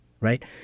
right